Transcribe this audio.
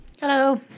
Hello